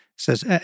Says